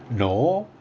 no